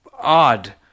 odd